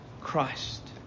Christ